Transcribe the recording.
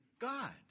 God